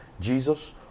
Jesus